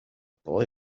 boy